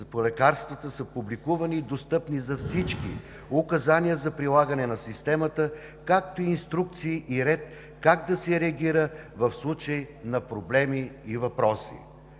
по лекарствата са публикувани, достъпни за всички, указания за прилагане на Системата, както и инструкции и ред как да се реагира в случай на проблеми и въпроси.